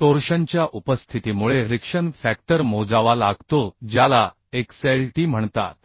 टोर्शनच्या उपस्थितीमुळे reaction factor मोजावा लागतो ज्याला xlt म्हणतात